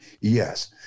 Yes